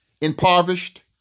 impoverished